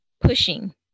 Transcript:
pushing